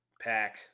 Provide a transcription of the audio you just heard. pack